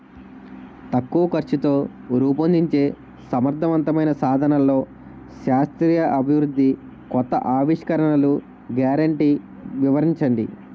తక్కువ ఖర్చుతో రూపొందించే సమర్థవంతమైన సాధనాల్లో శాస్త్రీయ అభివృద్ధి కొత్త ఆవిష్కరణలు గ్యారంటీ వివరించండి?